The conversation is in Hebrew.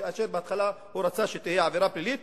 כאשר בהתחלה הוא רצה שתהיה עבירה פלילית.